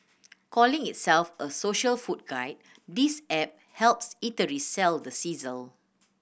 calling itself a social food guide this app helps eateries sell the sizzle